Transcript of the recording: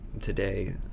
today